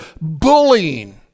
bullying